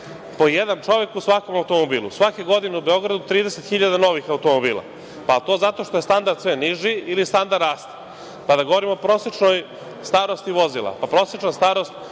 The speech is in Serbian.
Po jedan čovek u svakom automobilu. Svake godine u Beogradu 30.000 novih automobila. Pa, jel to zato što je standard sve niži ili standard raste? Kada govorimo o prosečnoj starosti vozila,